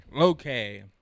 Okay